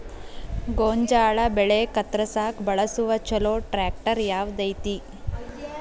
ಗೋಂಜಾಳ ಬೆಳೆ ಕತ್ರಸಾಕ್ ಬಳಸುವ ಛಲೋ ಟ್ರ್ಯಾಕ್ಟರ್ ಯಾವ್ದ್ ಐತಿ?